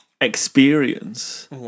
experience